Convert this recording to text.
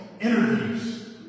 interviews